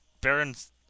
Baron's